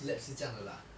lab 是这样的 lah